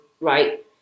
right